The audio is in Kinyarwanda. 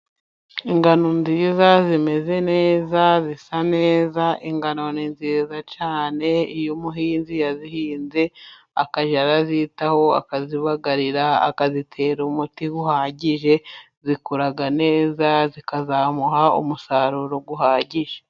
Ingano nziza zimeze neza, zisa neza. Ingano ni nziza cyane iyo umuhinzi yazihinze akajya azitaho, akazibagarira akazitera umuti uhagije. Zikura neza zikazamuha umusaruro uhagije.